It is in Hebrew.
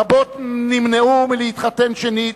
רבות נמנעו מלהתחתן שנית,